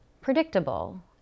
predictable